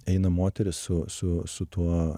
eina moterys su su su tuo